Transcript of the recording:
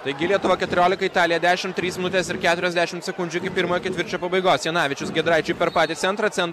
taigi lietuva keturiolika italija dešimt trys minutės ir keturiasdešimt sekundžių iki pirmo ketvirčio pabaigos jonavičius giedraičiui per patį centrą cen